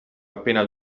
appena